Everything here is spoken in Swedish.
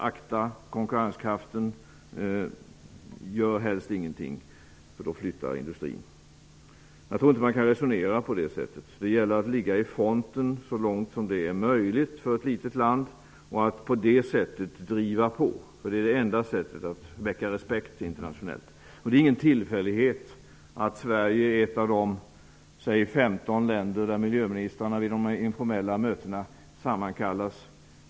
Akta konkurrenskraften! Gör helst ingenting, för då flyttar industrin. Jag tror inte att man kan resonera på det sättet. Det gäller att ligga i fronten, så långt det är möjligt för ett litet land, och att på det sättet driva på. Det är det enda sättet att väcka respekt internationellt. Det är ingen tillfällighet att Sverige är ett av de kanske 15 länder från vilka miljöministrarna vid de informella mötena sammankallas.